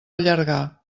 allargar